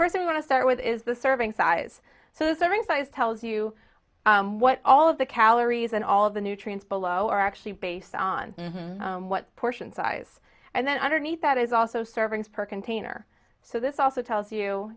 person want to start with is the serving size so is there any size tells you what all of the calories and all of the nutrients below are actually based on what portion size and then underneath that is also servings per container so this also tells you